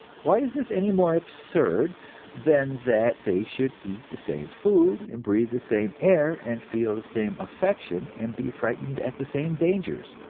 why is this any more absurd than that they should eat the same food and breathe the same air and feel the same affection and be frightened at the same dangers?